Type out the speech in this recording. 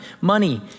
money